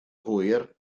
hwyr